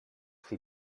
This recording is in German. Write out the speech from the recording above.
sie